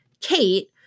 Kate